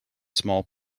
small